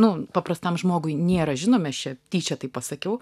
nu paprastam žmogui nėra žinomi aš čia tyčia taip pasakiau